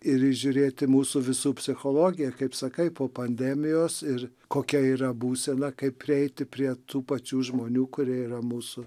ir įžiūrėti mūsų visų psichologiją kaip sakai po pandemijos ir kokia yra būsena kaip prieiti prie tų pačių žmonių kurie yra mūsų